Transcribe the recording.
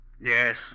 Yes